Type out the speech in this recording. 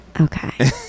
Okay